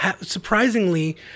Surprisingly